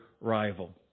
rival